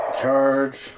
Charge